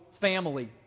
family